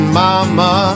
mama